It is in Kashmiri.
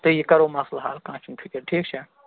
تہٕ یہِ کَرو مَسلہٕ حَل کانٛہہ چھِنہٕ فِکِر ٹھیٖک چھا